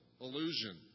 illusion